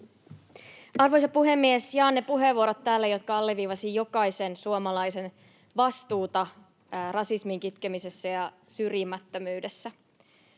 Arvoisa puhemies! Jaan ne puheenvuorot täällä, jotka alleviivasivat jokaisen suomalaisen vastuuta rasismin kitkemisessä ja syrjimättömyydessä.